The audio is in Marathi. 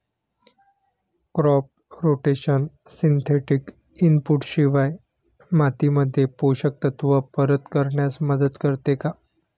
क्रॉप रोटेशन सिंथेटिक इनपुट शिवाय मातीमध्ये पोषक तत्त्व परत करण्यास मदत करते का?